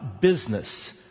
business